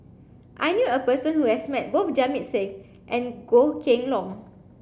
I knew a person who has met both Jamit Singh and Goh Kheng Long